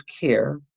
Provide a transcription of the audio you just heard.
care